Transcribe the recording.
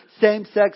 same-sex